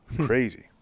Crazy